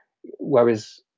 whereas